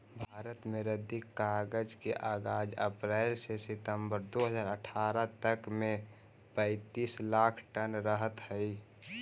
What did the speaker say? भारत में रद्दी कागज के आगाज अप्रेल से सितम्बर दो हज़ार अट्ठरह तक में पैंतीस लाख टन रहऽ हई